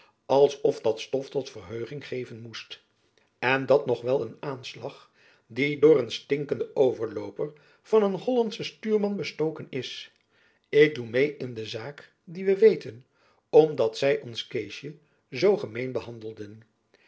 als of dat stof tot verheuging geven moest en dat nog wel een aanslag die door een stinkenden overlooper van een hollandschen stuurman bestoken is ik doe meê in de zaak die we weten omdat zy jacob van lennep elizabeth musch ons keesjen zoo gemeen behandelen